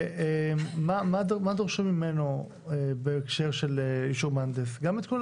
מה דורשים ממנו בהקשר של אישור מהנדס, גם את כל